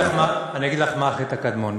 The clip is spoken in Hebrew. אני אגיד לך מה החטא הקדמון.